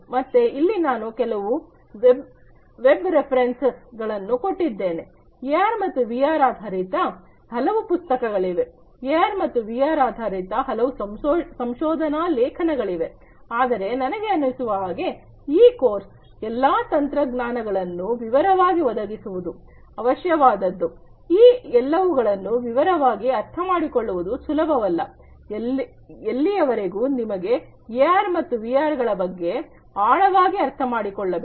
ಮತ್ತೆ ಇಲ್ಲಿ ನಾನು ಕೆಲವು ವೆಬ್ ರೆಫರೆನ್ಸ್ ಗಳನ್ನು ಕೊಟ್ಟಿದ್ದೇನೆ ಎಆರ್ ಮತ್ತು ವಿಆರ್ ಆಧಾರಿತ ಹಲವು ಪುಸ್ತಕಗಳಿವೆ ಎಆರ್ ಮತ್ತು ವಿಆರ್ ಆಧಾರಿತ ಹಲವು ಸಂಶೋಧನಾ ಲೇಖನಗಳಿವೆ ಆದರೆ ನನಗೆ ಅನಿಸುವ ಹಾಗೆ ಈ ಕೋರ್ಸ್ಗೆ ಎಲ್ಲಾ ತಂತ್ರಜ್ಞಾನಗಳನ್ನು ವಿವರವಾಗಿ ಓದುವುದು ಅವಶ್ಯವಾದದ್ದು ಈ ಎಲ್ಲವುಗಳನ್ನು ವಿವರವಾಗಿ ಅರ್ಥಮಾಡಿಕೊಳ್ಳುವುದು ಸುಲಭವಲ್ಲ ಎಲ್ಲಿಯವರೆಗೂ ನಿಮಗೆ ಎಆರ್ ಮತ್ತು ವಿಆರ್ ಗಳ ಬಗ್ಗೆ ಆಳವಾಗಿ ಅರ್ಥಮಾಡಿಕೊಳ್ಳಬೇಕು